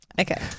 Okay